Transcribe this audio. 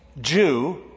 Jew